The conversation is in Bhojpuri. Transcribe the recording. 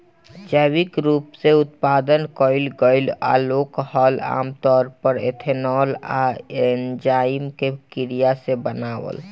जैविक रूप से उत्पादन कईल गईल अल्कोहल आमतौर पर एथनॉल आ एन्जाइम के क्रिया से बनावल